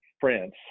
France